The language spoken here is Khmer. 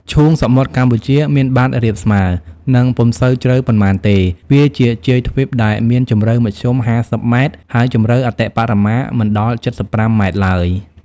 ឈូងសមុទ្រកម្ពុជាមានបាតរាបស្មើ និងពុំសូវជ្រៅប៉ុន្មានទេ វាជាជាយទ្វីបដែលមានជំរៅមធ្យម ៥០ ម៉ែត្រ ហើយជំរៅអតិបរមាមិនដល់ ៧៥ ម៉ែត្រឡើយ។